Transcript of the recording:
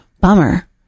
Bummer